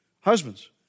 Husbands